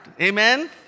Amen